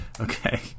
Okay